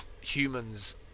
humans